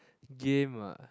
game ah